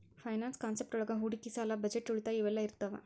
finance concept ಒಳಗ ಹೂಡಿಕಿ ಸಾಲ ಬಜೆಟ್ ಉಳಿತಾಯ ಇವೆಲ್ಲ ಇರ್ತಾವ